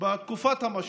בתקופת המשבר,